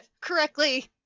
correctly